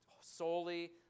solely